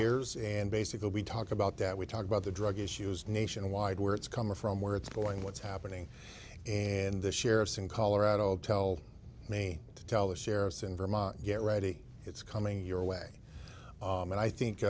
years and basically we talk about that we talk about the drug issues nationwide where it's coming from where it's going what's happening and the sheriffs in colorado tell me to tell the sheriffs in vermont get ready it's coming your way and i